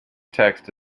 text